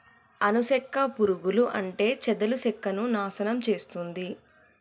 అను సెక్క పురుగులు అంటే చెదలు సెక్కను నాశనం చేస్తుంది